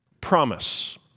Promise